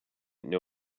know